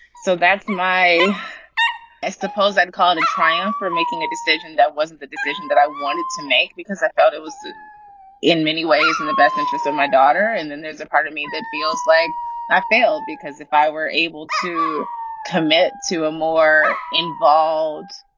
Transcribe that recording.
so that's my i suppose i'd call it a triumph for making a decision. that wasn't the decision that i wanted to make, because i felt it was in many ways in the best interest of my daughter. and then there's a part of me that feels like i failed because if i were able to commit to a more involved.